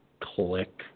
Click